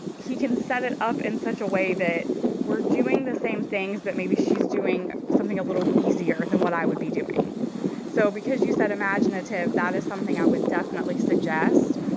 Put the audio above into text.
he can set it up in such a way that we're doing the same things that but maybe she's doing something a little easier than what i would be doing so because you said imaginative, that is something i would definitely suggest.